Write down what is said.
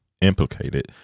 implicated